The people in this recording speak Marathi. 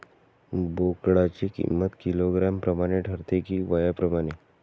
बोकडाची किंमत किलोग्रॅम प्रमाणे ठरते कि वयाप्रमाणे?